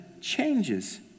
changes